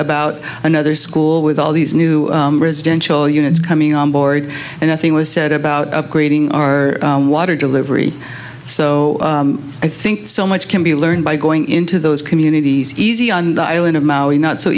about another school with all these new residential units coming on board and nothing was said about upgrading our water delivery so i think so much can be learned by going into those communities easy on the island of maui not so